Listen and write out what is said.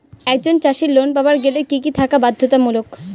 একজন চাষীর লোন পাবার গেলে কি কি থাকা বাধ্যতামূলক?